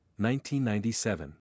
1997